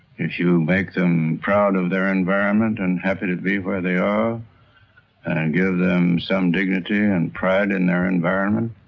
if you make them proud of their environment and happy to be where they are and and give them some dignity and pride in their environment,